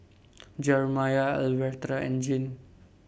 Jerimiah Alverta and Jean